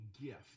gift